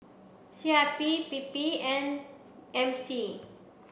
C I P P P and M C